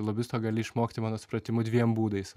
lobisto gali išmokti mano supratimu dviem būdais